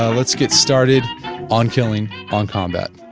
ah let's get started on killing, on combat,